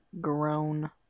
grown